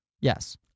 yes